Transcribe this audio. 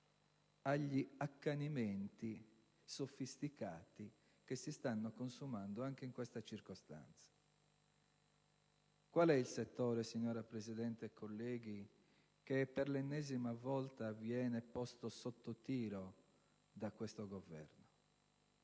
sugli accanimenti sofisticati che si stanno consumando anche in questa circostanza. Qual è il settore, signora Presidente, colleghi, che per l'ennesima volta viene posto sotto tiro da questo Governo?